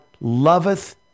loveth